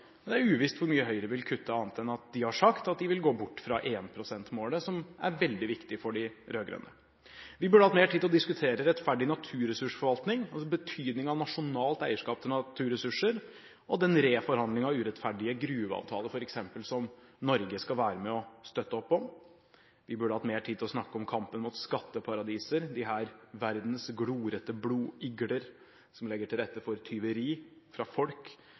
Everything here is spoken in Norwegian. Det er uvisst hvor mye Høyre vil kutte, annet enn at de har sagt at de vil gå bort fra 1 pst.-målet, som er veldig viktig for de rød-grønne. Vi burde hatt mer tid til å diskutere rettferdig naturressursforvaltning, altså betydningen av nasjonalt eierskap til naturressurser, og den reforhandling av urettferdige gruveavtaler f.eks. som Norge skal være med og støtte opp om. Vi burde hatt mer tid til å snakke om kampen mot skatteparadiser, disse verdens glorete blodigler som legger til rette for tyveri fra folk,